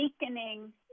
weakening